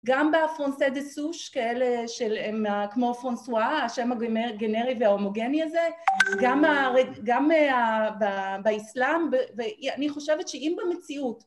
גם בפרונסי דה סוש, כאלה של, הם כמו פרונסואה, השם הגנרי וההומוגני הזה, גם באסלאם, ואני חושבת שאם במציאות...